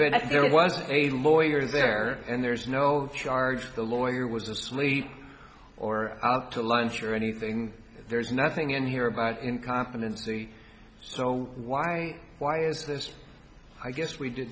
there was a lawyer there and there's no charge the lawyer was asleep or out to lunch or anything there's nothing in here but in confidence the so why why is this i guess we d